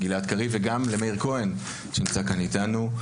גלעד קריב וגם למאיר כהן שנמצא כאן איתנו.